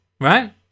right